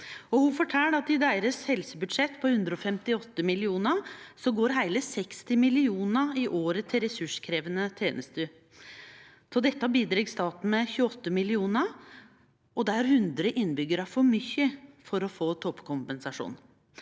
Ho fortel at i deira helsebudsjett på 158 mill. kr går heile 60 mill. kr i året til ressurskrevjande tenester. Av dette bidreg staten med 28 mill. kr, og dei har 100 innbyggjarar for mykje for å få toppkompensasjon.